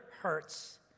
hurts